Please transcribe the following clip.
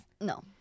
No